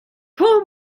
pull